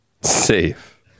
safe